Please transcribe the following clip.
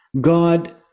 God